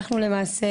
אנחנו למעשה,